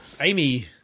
Amy